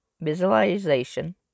visualization